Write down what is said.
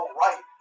right